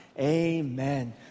Amen